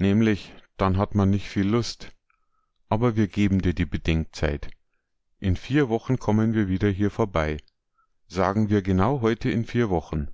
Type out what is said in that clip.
nämlich dann hat man nich viel lust aber wir geben dir die bedenkzeit in vier wochen kommen wir wieder hier vorbei sagen wir genau heute in vier wochen